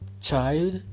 child